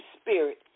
spirit